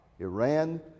Iran